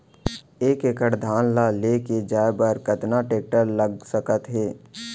एक एकड़ धान ल ले जाये बर कतना टेकटर लाग सकत हे?